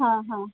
હા હા